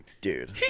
Dude